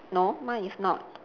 no mine is not